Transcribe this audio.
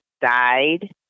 died